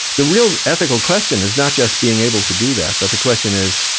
the real ethical question is not just being able to do that but the question is,